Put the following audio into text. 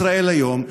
ישראל היום,